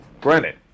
granted